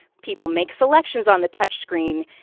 people make selections on the touch screen.